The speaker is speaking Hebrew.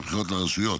זה הבחירות לרשויות.